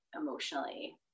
emotionally